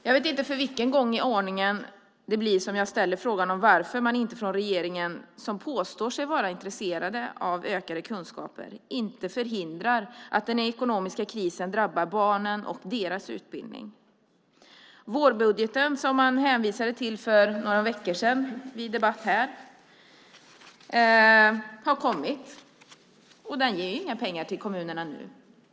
Jag vet inte för vilken gång i ordningen jag ställer frågan om varför man inte från en regering som påstår sig vara intresserad av ökade kunskaper förhindrar att den ekonomiska krisen drabbar barnen och deras utbildning. Vårbudgeten, som man hänvisade till för några veckor sedan i en debatt här, har kommit och ger inga pengar till kommunerna nu.